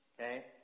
Okay